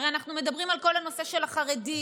הרי אנחנו מדברים על כל הנושא של החרדים